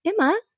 Emma